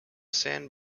san